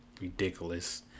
Ridiculous